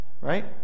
Right